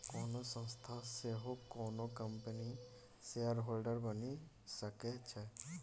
कोनो संस्था सेहो कोनो कंपनीक शेयरहोल्डर बनि सकै छै